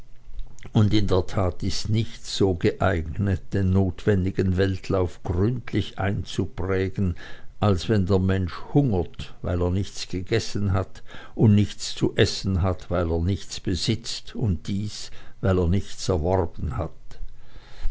und in der tat ist nichts so geeignet den notwendigen weltlauf gründlich einzuprägen als wenn der mensch hungert weil er nichts gegessen hat und nichts zu essen hat weil er nichts besitzt und dies weil er nichts erworben hat